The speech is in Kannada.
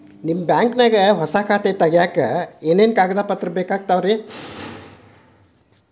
ನಿಮ್ಮ ಬ್ಯಾಂಕ್ ನ್ಯಾಗ್ ಹೊಸಾ ಖಾತೆ ತಗ್ಯಾಕ್ ಏನೇನು ಕಾಗದ ಪತ್ರ ಬೇಕಾಗ್ತಾವ್ರಿ?